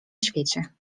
świecie